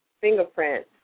fingerprint